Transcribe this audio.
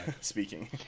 speaking